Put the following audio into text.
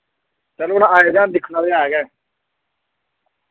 चलो हून आए दे आं दिक्खना ते है गै